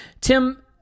Tim